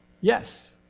Yes